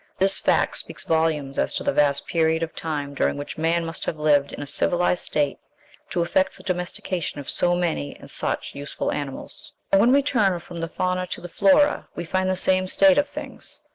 this fact speaks volumes as to the vast period, of time during which man must have lived in a civilized state to effect the domestication of so many and such useful animals. when we turn from the fauna to the flora, we find the same state of things.